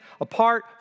apart